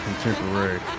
contemporary